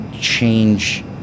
change